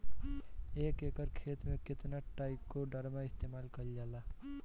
एक एकड़ खेत में कितना ट्राइकोडर्मा इस्तेमाल कईल जाला?